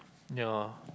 ya